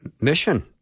mission